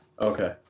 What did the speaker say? Okay